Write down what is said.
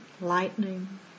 lightning